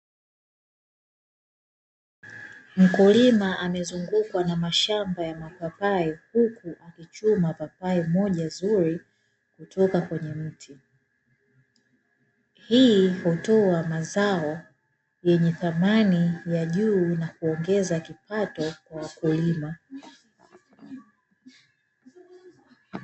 Mkulima amezungukwa na mashamba ya mapapai huku akichuma papai moja zuri kutoka kwenye mti. Hii hutoa mazao yenye thamani ya juu na kuongeza kipato kwa wakulima.